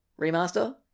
remaster